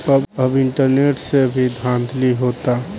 अब इंटरनेट से भी धांधली होता